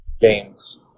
games